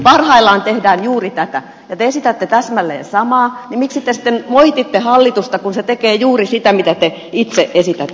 parhaillaan tehdään juuri tätä ja kun te esitätte täsmälleen samaa niin miksi te sitten moititte hallitusta kun se tekee juuri sitä mitä te itse esitätte